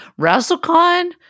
Razzlecon